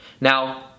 Now